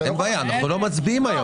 אין בעיה, אנחנו לא מצביעים היום.